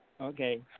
Okay